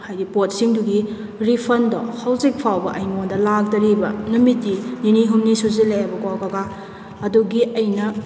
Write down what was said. ꯍꯥꯏꯕꯗꯤ ꯄꯣꯠꯁꯤꯡꯗꯨꯒꯤ ꯔꯤꯐꯟꯗꯣ ꯍꯧꯖꯤꯛꯐꯥꯎꯕ ꯑꯩꯉꯣꯟꯗ ꯂꯥꯛꯇ꯭ꯔꯤꯕ ꯅꯨꯃꯤꯠꯇꯤ ꯅꯤꯅꯤ ꯍꯨꯝꯅꯤ ꯁꯨꯖꯤꯜꯂꯛꯑꯦꯕꯀꯣ ꯀꯀꯥ ꯑꯗꯨꯒꯤ ꯑꯩꯅ